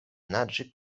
naĝi